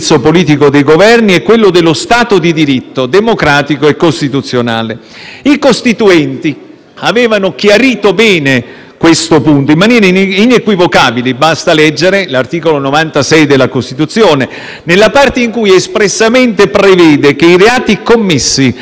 avevano chiarito bene questo punto, in maniera inequivocabile: basta leggere l'articolo 96 della Costituzione, nella parte in cui espressamente prevede che i reati commessi nell'esercizio delle funzioni del Presidente del Consiglio dei ministri devono essere sottoposti alla giustizia